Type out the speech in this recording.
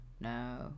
No